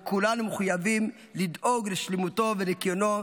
וכולנו מחויבים לדאוג לשלמותו וניקיונו,